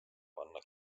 panna